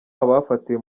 abafatiwe